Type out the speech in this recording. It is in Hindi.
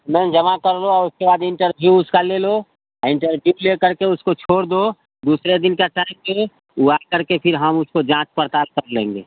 नहीं जमा कर लो और उसके बाद इन्टरव्यू उसका ले लो आ इन्टरव्यू लेकर के उसको छोड़ दो दूसरे दिन का टाइम दे ऊ आ करके फ़िर हम उसका जाँच पड़ताल कर लेंगे